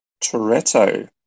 Toretto